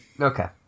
Okay